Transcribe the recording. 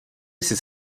sis